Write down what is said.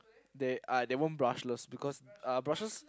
they are they want brushless because uh brushless